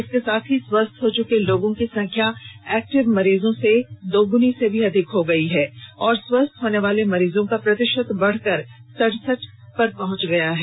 इसके साथ ही स्वस्थ हो चूके लोगों की संख्या एक्टिव मरीजों से दोगुनी से भी अधिक हो गयी है और स्वस्थ होने वाले मरीजों का प्रतिशत बढ़कर सड़सठ प्रतिशत पहुंच गया है